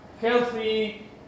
healthy